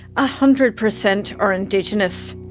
ah hundred percent are indigenous.